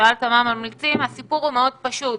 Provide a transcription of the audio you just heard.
שאלת מה ממליצים, הסיפור הוא מאוד פשוט,